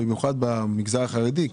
במיוחד במגזר החרדי,